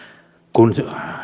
kun